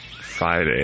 Friday